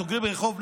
סוגרים רחוב,